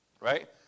Right